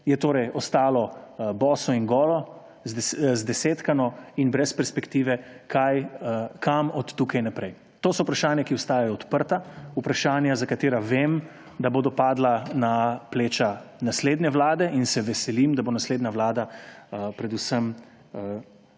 ostalo boso in golo, zdesetkano in brez perspektive, kam od tukaj naprej. To so vprašanja, ki ostajajo odprta, vprašanja, za katera vemo, da bodo padla na pleča naslednje vlade in se veselim, da bo naslednja vlada predvsem